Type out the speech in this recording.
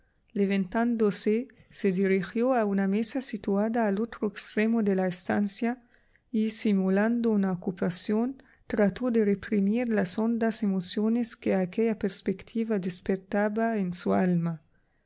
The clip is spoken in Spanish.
levantándose se dirigió a una mesa situada al otro extremo de la estancia y simulando una ocupación trató de reprimir las hondas emociones que aquella perspectiva despertaba en su alma